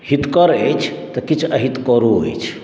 हितकर अछि तऽ किछु अहितकरो अछि